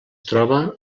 troba